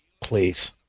Please